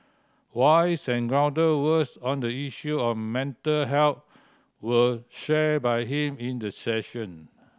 wise and grounded words on the issue of mental health were shared by him in the session